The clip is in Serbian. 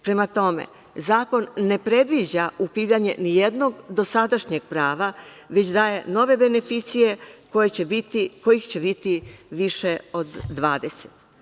Prema tome, zakon ne predviđa ukidanje ni jednog dosadašnjeg prava, već daje nove beneficije kojih će biti više od 20.